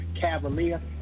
Cavalier